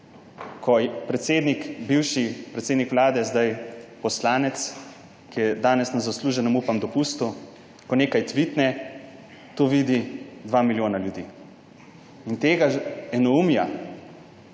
podatke, ko bivši predsednik vlade, zdaj poslanec, ki je danes na zasluženem, upam, dopustu, nekaj tvitne, to vidi 2 milijona ljudi. In tega enoumja,